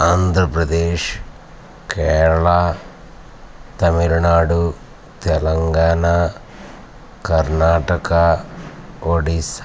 Andhra Pradesh Kerala Tamil Nadu Telangana Karnataka Odisha